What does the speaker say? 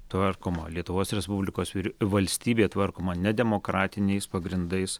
tvarkoma lietuvos respublikos valstybė tvarkoma ne demokratiniais pagrindais